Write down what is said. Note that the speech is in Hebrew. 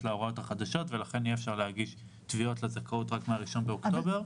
להוראות החדשות ולכן אי-אפשר להגיש תביעות לזכאות רק מה-1 באוקטובר.